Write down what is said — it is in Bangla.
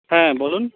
হ্যাঁ বলুন